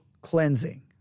cleansing